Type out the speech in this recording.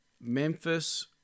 Memphis